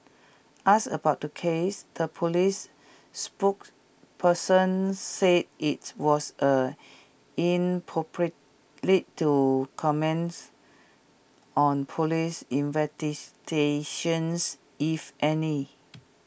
asked about the case the Police spokesperson said IT was A to comments on Police investigations if any